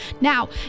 Now